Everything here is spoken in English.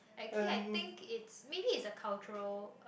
actually I think it's maybe it's the cultural uh